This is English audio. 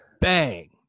Bang